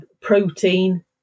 protein